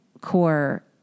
core